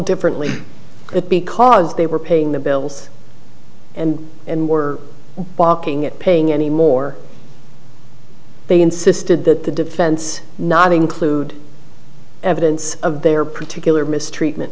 differently but because they were paying the bills and and were walking it paying any more they insisted that the defense not include evidence of their particular mistreatment